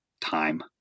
time